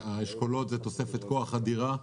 והאשכולות הם תוספת כוח אדירה.